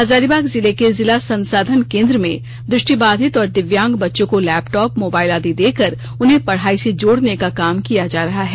हाजरीबाग जिले के जिला संसाधन केंद्र में दृष्टिबाधित और दिव्यांग बच्चों को लैपटॉप मोबाइल आदि देकर उन्हें पढ़ाई से जोड़ने का काम किया जा रहा है